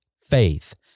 faith